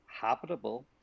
habitable